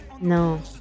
No